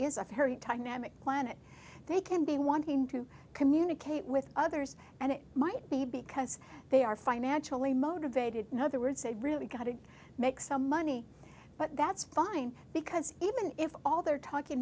namak planet they can be wanting to communicate with others and it might be because they are financially motivated in other words they've really got to make some money but that's fine because even if all they're talking